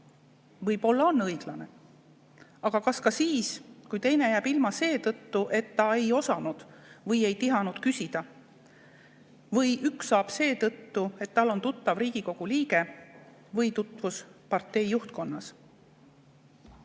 Võib-olla on õiglane? Aga kas ka siis, kui teine jääb ilma seetõttu, et ta ei osanud või ei tihanud küsida, või üks saab seetõttu, et tal on tuttav Riigikogu liige või tutvus partei juhtkonnas?